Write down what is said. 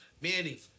Manny